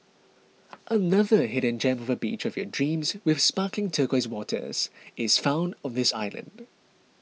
another hidden gem of a beach of your dreams with sparkling turquoise waters is found on this island